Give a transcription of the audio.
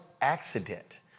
accident